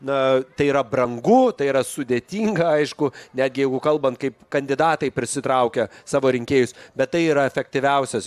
na tai yra brangu tai yra sudėtinga aišku netgi jeigu kalbant kaip kandidatai prisitraukia savo rinkėjus bet tai yra efektyviausias